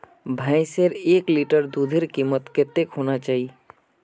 भैंसेर एक लीटर दूधेर कीमत कतेक होना चही?